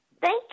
Thank